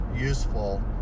useful